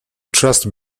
trust